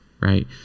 right